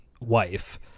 wife